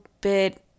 bit